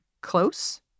close